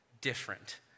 Different